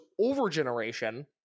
overgeneration